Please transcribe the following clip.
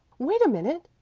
wait a minute,